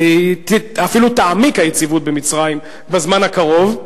ואפילו תעמיק היציבות במצרים בזמן הקרוב.